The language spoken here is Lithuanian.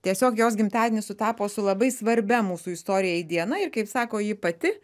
tiesiog jos gimtadienis sutapo su labai svarbia mūsų istorijai diena ir kaip sako ji pati